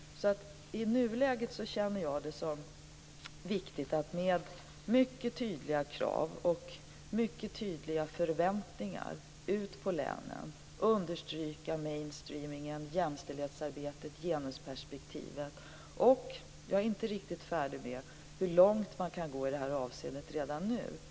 I nuläget känner jag det som viktigt att med mycket tydliga krav och mycket tydliga förväntningar på länen understryka mainstreaming, jämställdhetsarbetet och genusperspektivet. Jag är inte riktigt färdig med hur långt man kan gå i detta avseende redan nu.